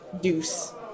Deuce